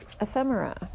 ephemera